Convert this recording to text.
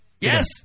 Yes